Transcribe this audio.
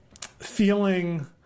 feeling